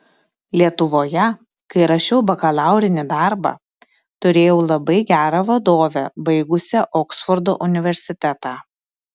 lietuvoje kai rašiau bakalaurinį darbą turėjau labai gerą vadovę baigusią oksfordo universitetą